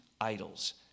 idols